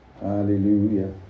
Hallelujah